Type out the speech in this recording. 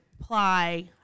apply